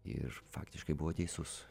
ir faktiškai buvo teisus